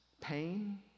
Pain